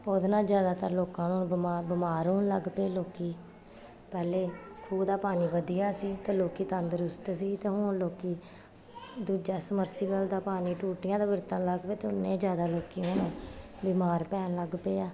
ਉਹਦੇ ਨਾਲ ਜ਼ਿਆਦਾਤਰ ਲੋਕਾਂ ਨੂੰ ਬਿਮਾਰ ਬਿਮਾਰ ਹੋਣ ਲੱਗ ਪਏ ਲੋਕੀ ਪਹਿਲੇ ਖੂਹ ਦਾ ਪਾਣੀ ਵਧੀਆ ਸੀ ਅਤੇ ਲੋਕੀ ਤੰਦਰੁਸਤ ਸੀ ਅਤੇ ਹੁਣ ਲੋਕੀ ਦੂਜਾ ਸਮਰਸੀਬਲ ਦਾ ਪਾਣੀ ਟੂਟੀਆਂ ਦਾ ਵਰਤਨ ਲੱਗ ਗਏ ਅਤੇ ਓਨੇ ਜ਼ਿਆਦਾ ਲੋਕੀ ਹੁਣ ਬਿਮਾਰ ਪੈਣ ਲੱਗ ਪਏ ਹੈ